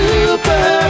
Super